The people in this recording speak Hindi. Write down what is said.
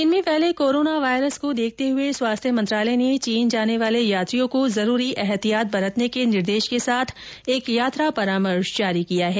चीन में फैले कोरोना वायरस को देखते हुए स्वास्थ्य मंत्रालय ने चीन जाने वाले यात्रियों को जरूरी एहतियात बरतने के निर्देश के साथ एक यात्रा परामर्श जारी किया है